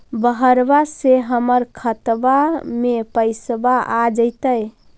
बहरबा से हमर खातबा में पैसाबा आ जैतय?